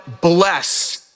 bless